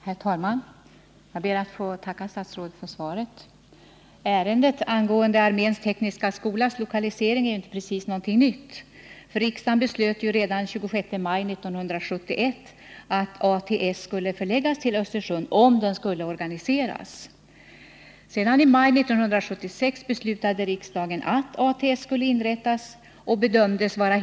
Herr talman! Jag ber att få tacka statsrådet för svaret. Ärendet angående arméns tekniska skolas lokalisering är inte precis nytt. Riksdagen beslöt redan den 26 maj 1971 att ATS skulle förläggas till Östersund, om den skulle organiseras.